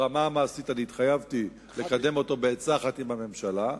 ברמה המעשית התחייבתי לקדם אותו בעצה אחת עם הממשלה.